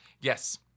yes